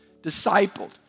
discipled